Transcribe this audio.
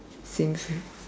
seems real